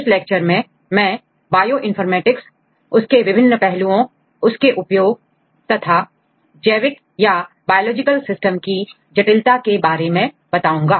इस टिललेक्चर में मैं बायोइनफॉर्मेटिक्स उसके विभिन्न पहलुओं उसके उपयोग तथा जैविक या बायोलॉजिकल सिस्टम की जता के बारे में बताऊंगा